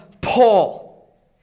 Paul